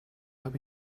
habe